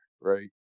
Right